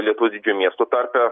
lietuvos didžiųjų miestų tarpe